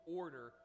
order